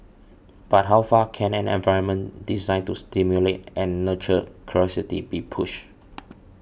but how far can an environment designed to stimulate and nurture curiosity be pushed